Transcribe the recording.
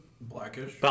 Blackish